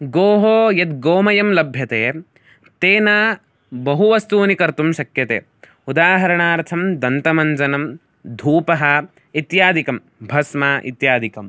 गोः यद् गोमयं लभ्यते तेन बहूनि वस्तूनि कर्तुं शक्यते उदाहरणार्थं दन्तमञ्जनं धूपः इत्यादिकं भस्म इत्यादिकम्